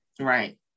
right